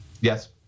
Yes